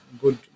Good